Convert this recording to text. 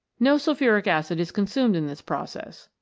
no sulphuric acid is consumed in this process.